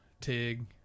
Tig